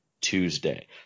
Tuesday